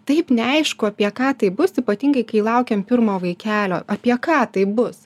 taip neaišku apie ką tai bus ypatingai kai laukiam pirmo vaikelio apie ką taip bus